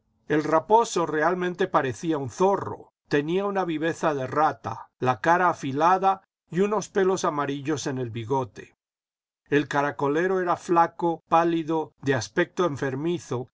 el raposo realmente parecía un zorro tenía una viveza de rata la cara afilada y unos pelos amarillos en el bigote el caracolero era ñaco pálido de aspecto enfermizo